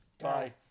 Bye